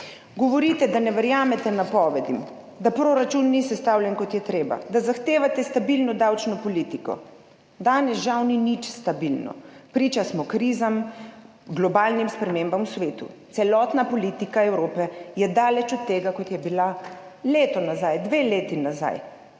Govorite, da ne verjamete napovedim, da proračun ni sestavljen, kot je treba, da zahtevate stabilno davčno politiko. Danes žal ni nič stabilno. Priča smo krizam, globalnim spremembam v svetu, celotna politika Evrope je daleč od tega, kot je bila leto nazaj, dve leti nazaj,